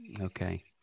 Okay